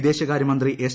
വിദേശകാര്യമന്ത്രി എസ്